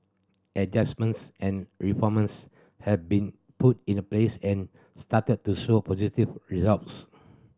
adjustments and reforms have been put in the place and started to show positive results